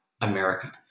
America